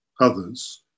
others